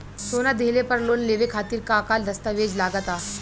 सोना दिहले पर लोन लेवे खातिर का का दस्तावेज लागा ता?